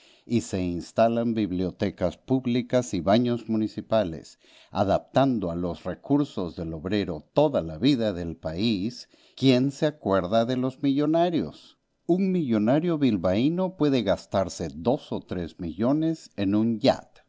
y se instalan bibliotecas públicas y baños municipales adaptando a los recursos del obrero toda la vida del país quién se acuerda de los millonarios un millonario bilbaíno puede gastarse dos o tres millones en un